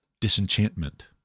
disenchantment